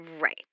Right